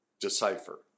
decipher